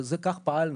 וכך פעלנו.